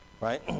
Right